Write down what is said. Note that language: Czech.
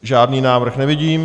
Žádný návrh nevidím.